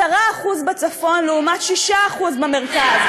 10% בצפון לעומת 6% במרכז.